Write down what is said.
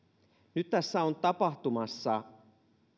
nyt tässä on tapahtumassa